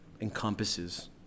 encompasses